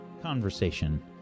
conversation